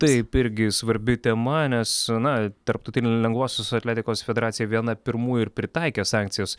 taip irgi svarbi tema nes na tarptautinė lengvosios atletikos federacija viena pirmųjų pritaikė sankcijas